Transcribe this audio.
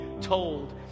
told